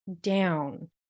down